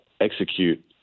execute